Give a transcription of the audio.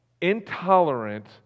intolerant